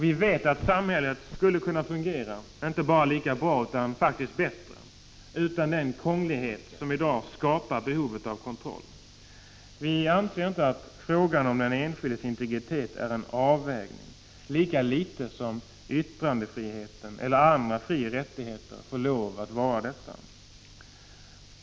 Vi vet att samhället skulle kunna fungera inte bara lika bra utan faktiskt bättre utan den krånglighet som i dag skapar behovet av kontroll. Vi anser inte att frågan om den enskildes integritet är en avvägning, lika litet som yttrandefriheten eller andra frioch rättigheter får lov att vara det.